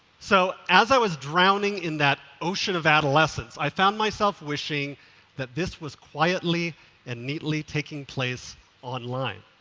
so as i was drowning in that ocean of adolescence, i found myself wishing that this was quietly and neatly taking place online.